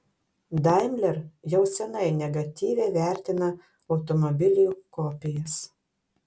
daimler jau senai negatyviai vertina automobilių kopijas